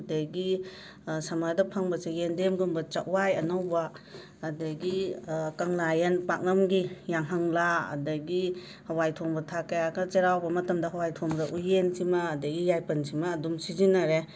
ꯑꯗꯒꯤ ꯁꯝꯃꯔꯗ ꯐꯪꯕꯁꯦ ꯌꯦꯟꯗꯦꯝꯒꯨꯝꯕ ꯆꯛꯋꯥꯢ ꯑꯅꯧꯕ ꯑꯗꯒꯤ ꯀꯪꯂꯥꯌꯦꯟ ꯄꯥꯛꯅꯝꯒꯤ ꯌꯥꯢꯉꯪꯂꯥ ꯑꯗꯒꯤ ꯍꯋꯥꯏ ꯊꯣꯡꯕ ꯊꯥꯛꯀꯦ ꯍꯥꯏꯔꯒꯅ ꯆꯩꯔꯥꯎꯕ ꯃꯇꯝꯗ ꯍꯋꯥꯢ ꯊꯣꯡꯕꯗ ꯎꯌꯦꯟ ꯁꯤꯃ ꯑꯗꯒꯤ ꯌꯥꯏꯄꯟꯁꯤꯃ ꯑꯗꯨꯝ ꯁꯤꯖꯤꯟꯅꯔꯦ